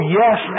yes